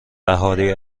بهاری